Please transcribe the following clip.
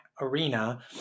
arena